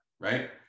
right